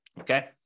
okay